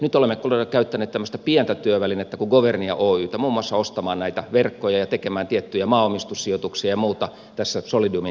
nyt olemme käyttäneet tämmöistä pientä työvälinettä kuin governia oytä muun muassa ostamaan näitä verkkoja ja tekemään tiettyjä maaomistussijoituksia ja muuta tässä solidiumin rinnalla